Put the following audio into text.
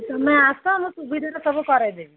ତୁମେ ଆସ ମୁଁ ସୁବିଧା ସବୁ କରେଇଦେବି